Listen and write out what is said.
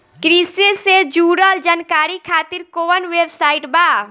कृषि से जुड़ल जानकारी खातिर कोवन वेबसाइट बा?